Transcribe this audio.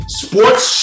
sports